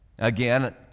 Again